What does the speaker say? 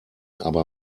aber